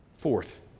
Fourth